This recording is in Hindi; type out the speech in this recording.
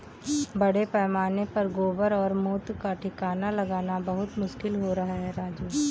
बड़े पैमाने पर गोबर और मूत्र का ठिकाना लगाना बहुत मुश्किल हो रहा है राजू